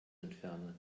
entfernen